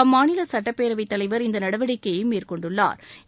அம்மாநில சுட்டப்பேரவைத் தலைவா் இந்த நடவடிக்கையை மேற்கொண்டுள்ளாா்